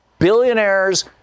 billionaires